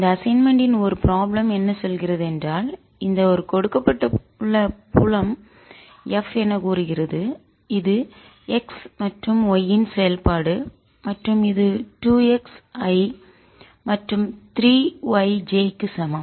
இந்த அசைன்மென்ட் இன் ஒரு ப்ராப்ளம் என்ன செல்கிறது என்றால் ஒரு கொடுக்கப்பட்ட புலம் F என கூறுகிறது இது x மற்றும் y இன் செயல்பாடு மற்றும் இது 2 x i மற்றும் 3 y j க்கு சமம்